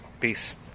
Peace